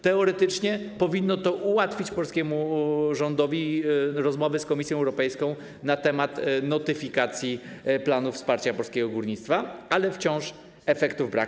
Teoretycznie powinno to ułatwić polskiemu rządowi rozmowy z Komisją Europejską na temat notyfikacji planów wsparcia polskiego górnictwa, ale efektów wciąż brak.